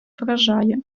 вражає